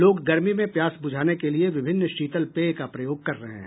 लोग गर्मी में प्यास बुझाने के लिए विभिन्न शीतल पेय का प्रयोग कर रहे हैं